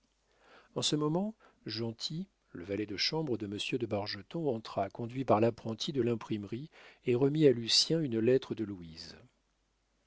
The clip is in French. en ce moment gentil le valet de chambre de monsieur de bargeton entra conduit par l'apprenti de l'imprimerie et remit à lucien une lettre de louise